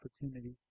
opportunity